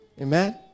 Amen